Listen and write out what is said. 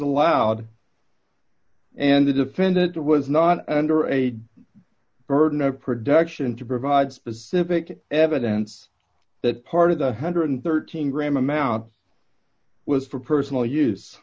allowed and the defendant was not under a burden of production to provide specific evidence that part of the one hundred and thirteen gram amount was for personal use